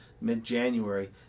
mid-January